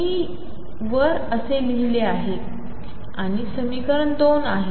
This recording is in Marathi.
मी वर असे लिहिले आहे आणि हे समीकरण 2 आहे